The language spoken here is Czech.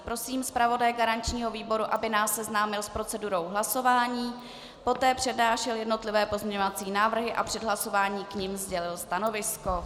Prosím zpravodaje garančního výboru, aby nás seznámil s procedurou hlasování, poté přednášel jednotlivé pozměňovací návrhy a před hlasováním k nim sdělil stanovisko.